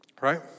right